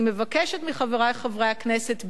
אני מבקשת מחברי חברי הכנסת,